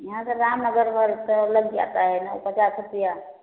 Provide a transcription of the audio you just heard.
यहाँ से राम नगर तक का लग जाता है न पचास रुपया